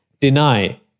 deny